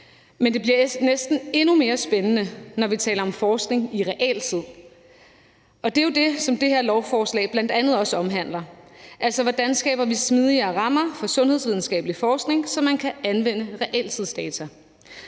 Men det bliver næsten endnu mere spændende, når vi taler om forskning i realtid, og det er jo det, som det her lovforslag bl.a. også omhandler, altså hvordan vi skaber smidigere rammer for sundhedsvidenskabelig forskning, så man kan anvende reeltidsdata.